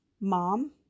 Mom